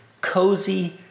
cozy